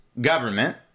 government